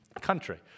country